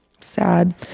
sad